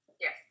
Yes